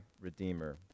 Redeemer